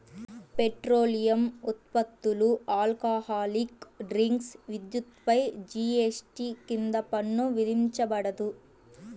petroleum ఉత్పత్తులు, alcoholic drinks, విద్యుత్పై GST కింద పన్ను విధించబడదు